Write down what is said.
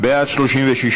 מרשם אוכלוסין (תיקון,